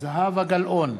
זהבה גלאון,